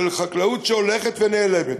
של חקלאות שהולכת ונעלמת,